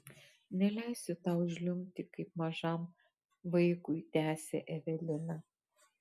neleisiu tau žliumbti kaip mažam vaikui tęsė evelina